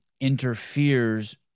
interferes